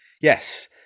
Yes